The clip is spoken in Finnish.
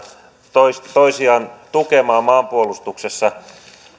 toisiaan toisiaan tukemaan maanpuolustuksessa